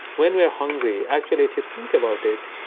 when we're hungry, actually if you think about it,